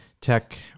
tech